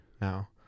now